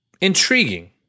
Intriguing